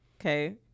okay